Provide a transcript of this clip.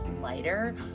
lighter